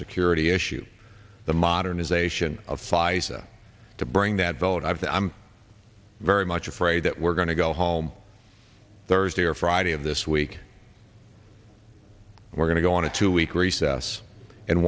security issue the modernization of spices to bring that vote i have to i'm very much afraid that we're going to go home thursday or friday of this week we're going to go on a two week recess and